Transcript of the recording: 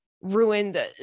ruined